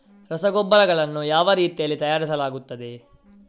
ರಸಗೊಬ್ಬರಗಳನ್ನು ಯಾವ ರೀತಿಯಲ್ಲಿ ತಯಾರಿಸಲಾಗುತ್ತದೆ?